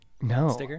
No